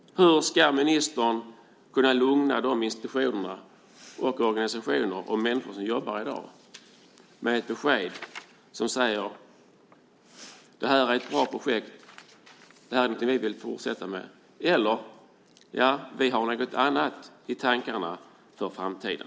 Ska ministern lugna de institutioner, organisationer och människor som jobbar i dag med ett besked som säger att det här är ett bra projekt och något som vi vill fortsätta med eller att man har något annat i tankarna för framtiden?